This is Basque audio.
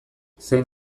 zein